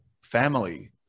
family